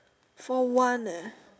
for one leh